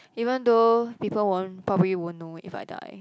even though people won't probably won't know if I die